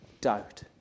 doubt